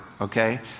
okay